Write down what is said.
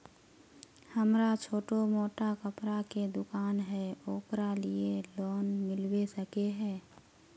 हमरा छोटो मोटा कपड़ा के दुकान है ओकरा लिए लोन मिलबे सके है?